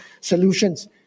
solutions